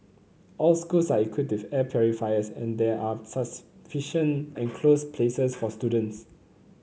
all schools are equipped with air purifiers and there are sufficient enclosed places for students